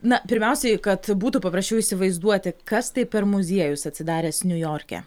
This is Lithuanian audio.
na pirmiausiai kad būtų paprasčiau įsivaizduoti kas tai per muziejus atsidaręs niujorke